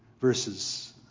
verses